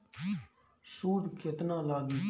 सूद केतना लागी?